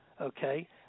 okay